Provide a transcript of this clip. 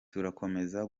tuzakomeza